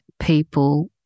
people